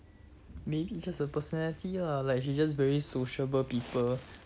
maybe it's just her personality lah like she just very sociable people